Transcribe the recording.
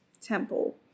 temple